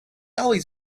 always